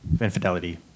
infidelity